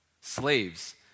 Slaves